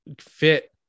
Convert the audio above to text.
fit